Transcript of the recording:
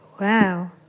Wow